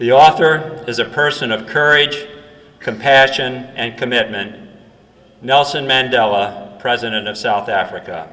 author is a person of courage compassion and commitment nelson mandela president of south africa